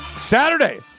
Saturday